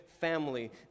family